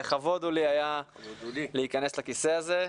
לכבוד הוא לי היה להכנס לכיסא הזה,